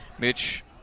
Mitch